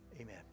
Amen